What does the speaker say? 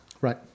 Right